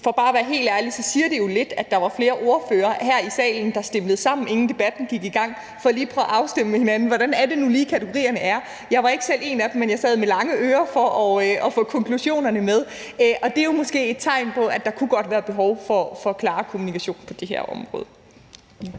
For at være helt ærlig siger det jo lidt, at der var flere ordførere her i salen, der stimlede sammen, inden debatten gik i gang, for lige at prøve at afstemme med hinanden, hvordan det nu lige er, at kategorierne er. Jeg var ikke selv en af dem, men jeg sad med lange ører for at få konklusionerne med. Det er måske et tegn på, at der godt kunne være behov for klarere kommunikation på det her område.